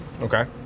Okay